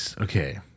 okay